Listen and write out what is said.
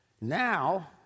Now